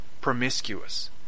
promiscuous